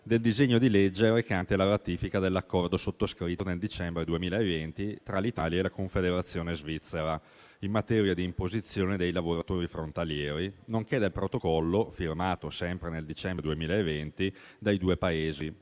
del disegno di legge recante la ratifica dell'accordo sottoscritto nel dicembre 2020 tra l'Italia e la Confederazione svizzera in materia di imposizione dei lavoratori frontalieri, nonché del protocollo, firmato sempre nel dicembre 2020 dai due Paesi,